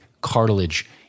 cartilage